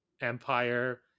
empire